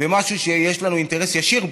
במשהו שיש לנו אינטרס ישיר בו.